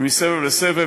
ומסבב לסבב,